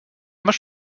masz